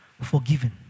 forgiven